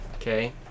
okay